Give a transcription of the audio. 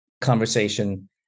conversation